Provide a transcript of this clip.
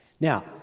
Now